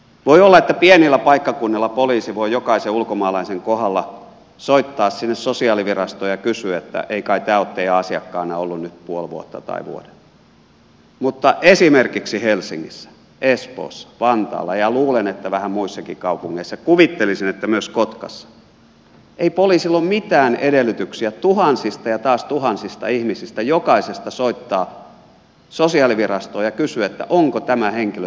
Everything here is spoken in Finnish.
voi olla että pienillä paikkakunnilla poliisi voi jokaisen ulkomaalaisen kohdalla soittaa sosiaalivirastoon ja kysyä että ei kai tämä ole teidän asiakkaana ollut nyt puoli vuotta tai vuoden mutta esimerkiksi helsingissä espoossa vantaalla ja luulen että vähän muissakin kaupungeissa kuvittelisin että myös kotkassa ei poliisilla ole mitään edellytyksiä tuhansista ja taas tuhansista ihmisistä jokaisesta soittaa sosiaalivirastoon ja kysyä että onko tämä henkilö teidän asiakkaana